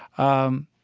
and,